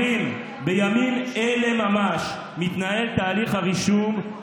חברים, אני רוצה שנקשיב, בבקשה,